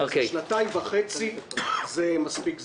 שנתיים וחצי זה מספיק זמן.